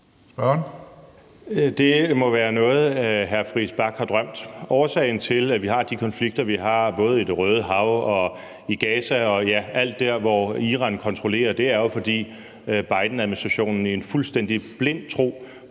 Det må være noget, hr. Christian Friis Bach har drømt. Årsagen til, at vi har de konflikter, vi har, både i Det Røde Hav og i Gaza og alle de steder, hvor Iran kontrollerer, er jo, at Bidenadministrationen i en fuldstændig blind tro